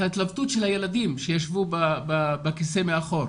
ההתלבטות של הילדים שישבו בכיסא מאחור,